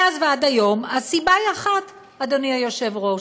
מאז ועד היום, הסיבה היא אחת, אדוני היושב-ראש.